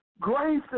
Grace